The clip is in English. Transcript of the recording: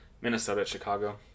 Minnesota-Chicago